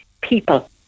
people